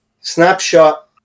snapshot